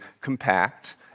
compact